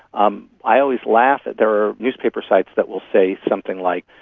um i always laugh at, there are newspaper sites that will say something like,